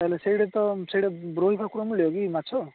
ତାହେଲେ ସେଇଠି ତ ସେଇଠି ରୋହି ଭାକୁର ମିଳିବ କି ମାଛ